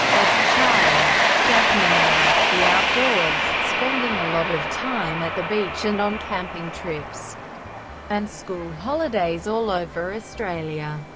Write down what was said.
as a child, jackman liked the outdoors, spending a lot of time at the beach and on camping trips and school holidays all over australia.